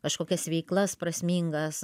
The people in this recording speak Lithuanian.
kažkokias veiklas prasmingas